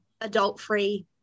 adult-free